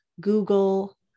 Google